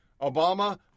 Obama